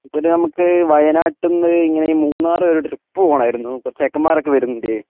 ഇപ്പോഴ് നമുക്ക് വയനാട്ടിൽനിന്ന് ഇങ്ങനെ ഈ മൂന്നാർ വരെ ഒരു ട്രിപ്പ് പോകണമായിരുന്നു കുറെ ചെക്കന്മാരൊക്കെ വരുന്നുണ്ട്